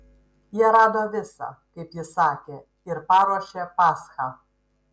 jie rado visa kaip jis sakė ir paruošė paschą